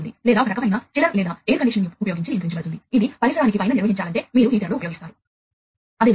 కాబట్టి కమ్యూనికేషన్ యొక్క విశ్వసనీయత వాస్తవానికి చాలా ముఖ్యమైనది